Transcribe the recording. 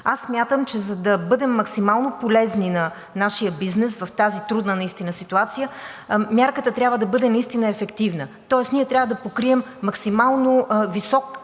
Аз смятам, че за да бъдем максимално полезни на нашия бизнес в тази трудна ситуация, мярката трябва да бъде наистина ефективна, тоест ние трябва да покрием максимално висок